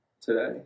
today